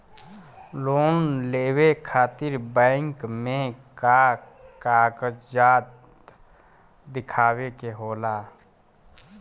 Loan लेवे खातिर bank मे का कागजात दिखावे के होला?